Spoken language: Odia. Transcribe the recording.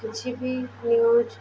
କିଛି ବି ନ୍ୟୁଜ୍